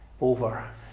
over